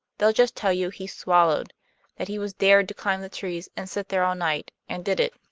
they'll just tell you he's swallowed that he was dared to climb the trees and sit there all night, and did it.